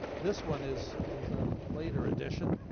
this one is is a later edition.